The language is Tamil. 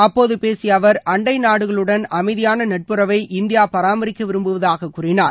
அப்போது பேசிய அவர் அண்டை நாடுகளுடன் அமைதியான நட்புறவை இந்தியா பராமரிக்க விரும்புவதாகக் கூறினார்